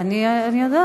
אני לא באסל.